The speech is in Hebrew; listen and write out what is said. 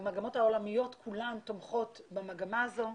המגמות העולמיות כולן תומכות במגמה הזאת,